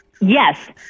Yes